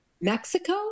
mexico